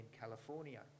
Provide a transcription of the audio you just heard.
California